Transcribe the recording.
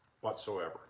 whatsoever